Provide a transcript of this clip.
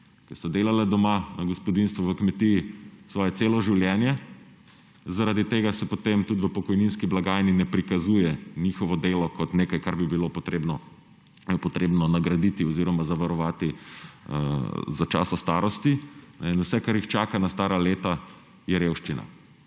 ki so delale doma v gospodinjstvu na kmetiji celo svoje življenje. Zaradi tega se potem v pokojninski blagajni tudi ne prikazuje njihovo delo kot nekaj, kar bi bilo potrebno nagraditi oziroma zavarovati za časa starosti, in vse, kar jih čaka na stara leta, je revščina.